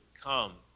come